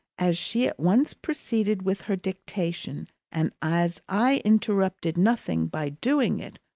as she at once proceeded with her dictation, and as i interrupted nothing by doing it,